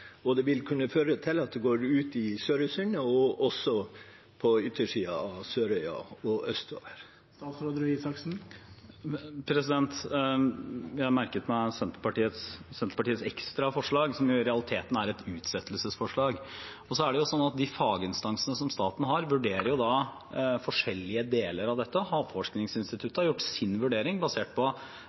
og det vil kunne føre til at det går ut i Sørøysundet og også på yttersiden av Sørøya og østover. Jeg har merket meg Senterpartiets ekstra forslag, som i realiteten er et utsettelsesforslag. Så er det sånn at de faginstansene som staten har, vurderer forskjellige deler av dette. Havforskningsinstituttet har gjort sin vurdering basert på